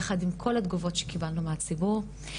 יחד עם כל התגובות שקיבלנו מהציבור.